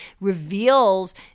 reveals